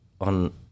on